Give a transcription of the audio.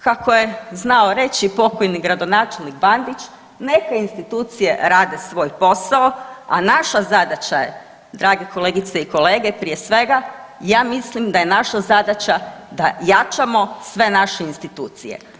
Kako je znao reći pokojni gradonačelnik Bandić, neka institucije rade svoj posao, a naša zadaća je, dragi kolegice i kolege, prije svega, ja mislim da je naša zadaća da jačamo sve naše institucije.